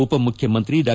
ಉಪ ಮುಖ್ಯಮಂತ್ರಿ ಡಾ